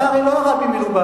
אתה הרי לא הרבי מלובביץ'.